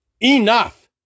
Enough